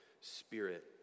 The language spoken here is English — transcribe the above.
spirit